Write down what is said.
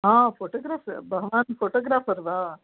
photographer भवान् photographer वा